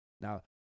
Now